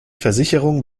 versicherung